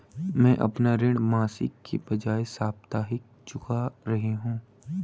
मैं अपना ऋण मासिक के बजाय साप्ताहिक चुका रही हूँ